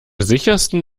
sichersten